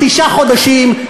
תשעה חודשים,